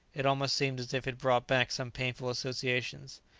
it almost seemed as if it brought back some painful associations.